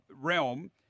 realm